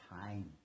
time